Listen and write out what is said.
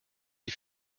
die